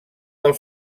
del